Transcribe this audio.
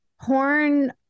porn